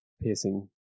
piercing